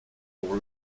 pour